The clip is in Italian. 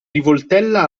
rivoltella